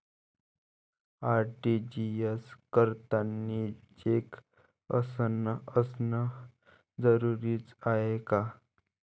RTGS करतांनी cheque असनं जरुरीच हाय का?